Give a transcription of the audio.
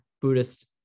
Buddhist